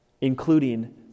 including